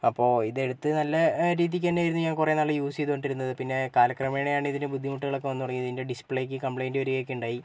അപ്പോൾ ഇത് എടുത്ത് നല്ല രീതിക്ക് തന്നെയാണ് ഞാൻ കുറെ നാൾ യൂസ് ചെയ്തോണ്ടിരുന്നത് പിന്നെ കാലക്രമേണയാണിതിന് ബുദ്ധിമുട്ടുകളൊക്കെ വന്നു തുടങ്ങിയത് ഇതിൻ്റെ ഡിസ്പ്ലേയ്ക്ക് കംപ്ലയിൻ്റ് വരികയോക്കെയുണ്ടായി